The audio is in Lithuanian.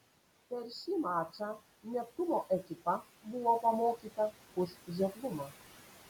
per šį mačą neptūno ekipa buvo pamokyta už žioplumą